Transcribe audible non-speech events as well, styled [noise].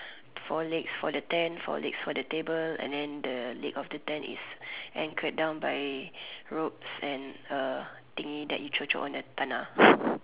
four legs for the tent four legs for the table and then the leg of the tent is anchored down by ropes and a thingy that you cocok on the tanah [breath]